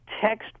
text